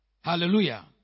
Hallelujah